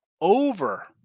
over